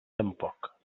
tampoc